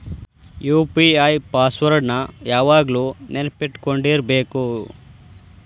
UPI password ನ ಯಾವಾಗ್ಲು ನೆನ್ಪಿಟ್ಕೊಂಡಿರ್ಬೇಕು